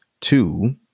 Two